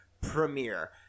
premiere